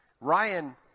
Ryan